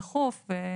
צהרים טובים לכולם.